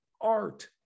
art